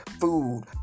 Food